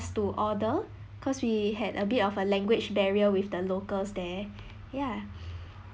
to order because we had a bit of a language barrier with the locals there ya